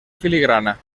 filigrana